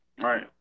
Right